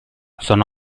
sono